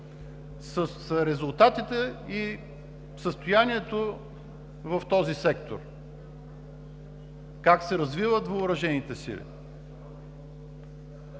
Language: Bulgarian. с резултатите и състоянието в този сектор, как се развиват въоръжените сили.